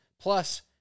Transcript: plus